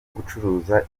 gucuruza